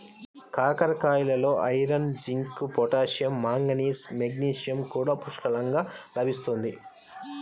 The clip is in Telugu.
కాకరకాయలలో iron, zinc, potassium, manganese, magnesium కూడా పుష్కలంగా లభిస్తుంది